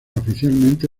oficialmente